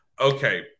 okay